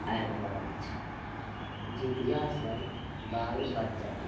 आबि रहल छै जितियासे बाल बच्चा